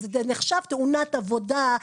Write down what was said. זה נחשב תאונת עבודה,